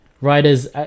writers